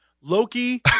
Loki